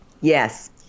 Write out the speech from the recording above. Yes